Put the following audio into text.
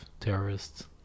terrorists